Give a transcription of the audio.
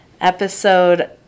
episode